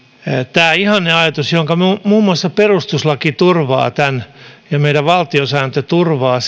tämä ihanneajatus jonka muun muassa perustuslaki ja meidän valtiosääntömme turvaavat